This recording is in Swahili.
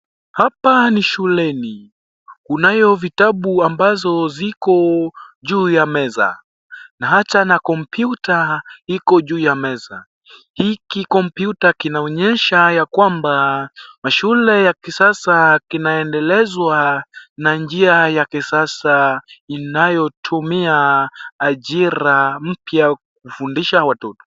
Hapa ni shuleni. Kunayo vitabu ambazo ziko juu ya meza na hata na kompyuta iko juu ya meza. Hii kompyuta kinaonyesha ya kwamba mashule ya kisasa kinaendelezwa na njia ya kisasa inayotumia ajira mpya kufundisha watoto.